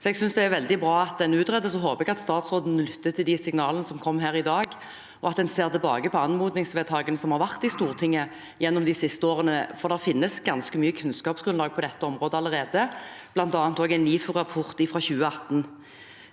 Jeg synes det er veldig bra at en utreder. Så håper jeg statsråden lytter til de signalene som kommer her i dag, og at en ser tilbake på anmodningsvedtakene som har vært i Stortinget gjennom de siste årene, for det finnes ganske mye kunnskapsgrunnlag på dette området allerede, bl.a. en NIFU-rapport fra 2018.